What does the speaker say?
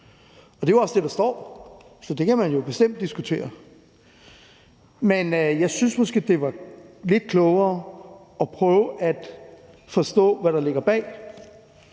Det er også det, der står, så det kan man jo bestemt diskutere, men jeg synes måske, det var lidt klogere at prøve at forstå, hvad der ligger bag.